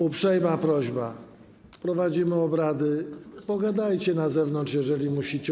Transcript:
Uprzejma prośba: prowadzimy obrady, pogadajcie na zewnątrz, jeżeli musicie.